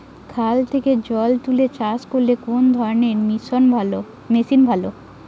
খাল থেকে জল তুলে চাষ করতে কোন ধরনের মেশিন ভালো?